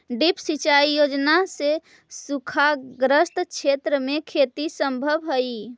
drip सिंचाई योजना से सूखाग्रस्त क्षेत्र में खेती सम्भव हइ